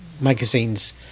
magazines